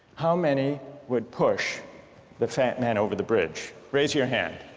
how many would push the fat man over the bridge? raise your hand.